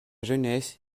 jeunesse